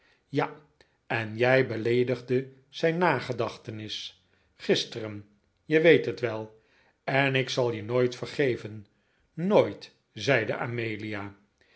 ja en jij beleedigde zijn nagedachtenis gisteren je weet het wel en ik zal je nooit vergeven nooit zeide amelia